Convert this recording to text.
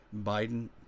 Biden